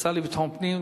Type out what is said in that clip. השר לביטחון פנים,